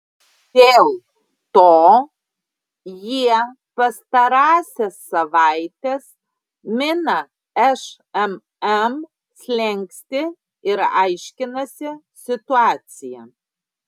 dėl to jie pastarąsias savaites mina šmm slenkstį ir aiškinasi situaciją